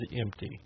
empty